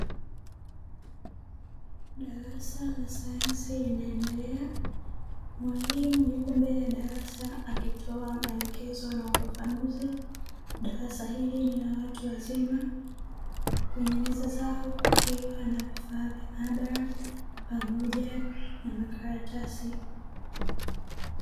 Darasa la sayansi linaendelea mwalimu yupo mbele ya darasa akitoa maelekezo na ufafanuzi, darasa hili ni la watu wazima kwenye meza zao kukiwa na vifaa vya maabara pamoja na makaratasi.